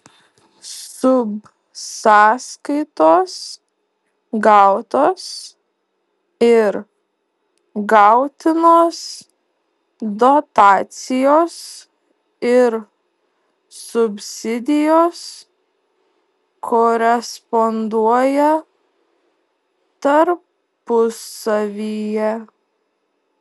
subsąskaitos gautos ir gautinos dotacijos ir subsidijos koresponduoja tarpusavyje